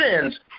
sins